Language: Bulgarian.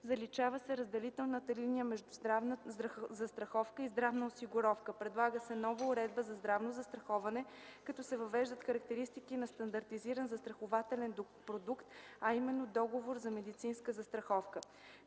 заличава се разделителната линия между здравна застраховка и здравна осигуровка. Предлага се нова уредба за здравното застраховане, като се въвеждат характеристики на стандартизиран застрахователен продукт, а именно договор за медицинска застраховка.